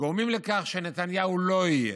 גורמים לכך שנתניהו לא יהיה.